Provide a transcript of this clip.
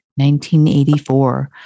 1984